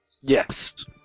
Yes